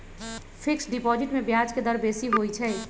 fixed deposit में ब्याज के दर बेशी होइ छइ